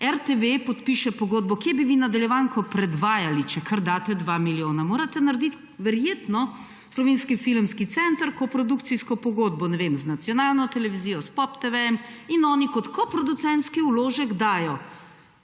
RTV podpiše pogodbo. Kje bi vi nadaljevanko predvajali, če kar daste dva milijona? Morate narediti, verjetno, slovenski filmski center, koprodukcijsko pogodbo z nacionalno televizijo, s POP TV-jem in oni kot koproducentski vložek dajo